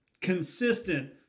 consistent